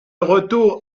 retour